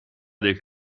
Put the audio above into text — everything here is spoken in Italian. del